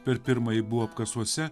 per pirmąjį buvo apkasuose